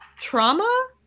trauma